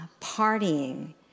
partying